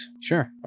Sure